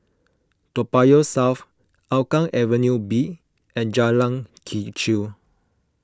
Toa Payoh South Hougang Avenue B and Jalan Kechil